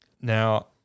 now